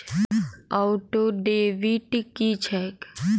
Auto debit की छैक?